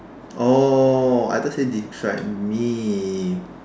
oh I thought you said describe me